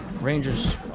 Rangers